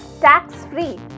tax-free